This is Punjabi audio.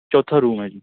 ਚੌਥਾ ਰੂਮ ਹੈ ਜੀ